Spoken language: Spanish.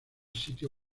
sitio